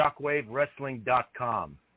shockwavewrestling.com